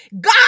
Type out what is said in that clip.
God